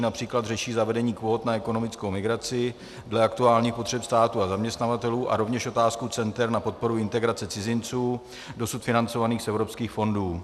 Například řeší zavedení kvót na ekonomickou migraci dle aktuálních potřeb státu a zaměstnavatelů a rovněž otázku center na podporu integrace cizinců dosud financovaných z evropských fondů.